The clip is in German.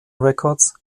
records